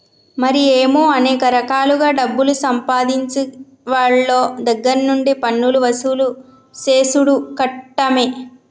మరి ఏమో అనేక రకాలుగా డబ్బులు సంపాదించేవోళ్ళ దగ్గర నుండి పన్నులు వసూలు సేసుడు కట్టమే